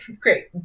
Great